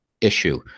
issue